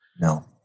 No